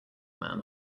man